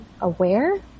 aware